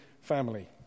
family